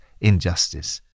injustice